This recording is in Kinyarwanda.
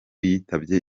yitabye